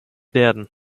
werden